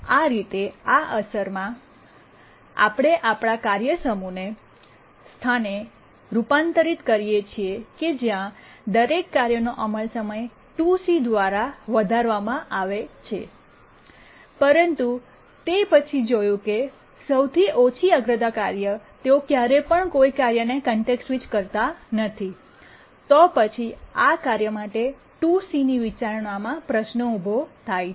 આ રીતે આ અસરમાં અમે અમારા કાર્ય સમૂહને તે સ્થાને રૂપાંતરિત કરીએ છીએ જ્યાં દરેક કાર્યનો અમલનો સમય 2c ૨ સી દ્વારા વધારવામાં આવે છે પરંતુ તે પછી જોયું કે સૌથી ઓછી અગ્રતા કાર્યો તેઓ ક્યારેય કોઈપણ કાર્યને કોન્ટેક્સ્ટ સ્વિચ કરતા નથી તો પછી આ કાર્ય માટે 2c ૨ સી ની વિચારણામાં પ્રશ્ન ઊભો થાય છે